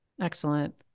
Excellent